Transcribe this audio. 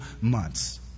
months